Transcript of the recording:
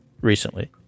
recently